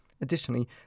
Additionally